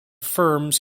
firms